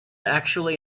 actually